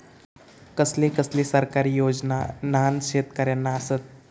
कसले कसले सरकारी योजना न्हान शेतकऱ्यांना आसत?